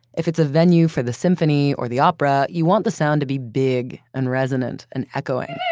if it's a venue for the symphony or the opera, you want the sound to be big and resonant and echoing.